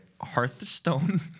Hearthstone